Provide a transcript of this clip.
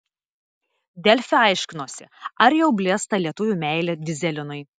delfi aiškinosi ar jau blėsta lietuvių meilė dyzelinui